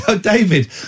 David